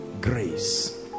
grace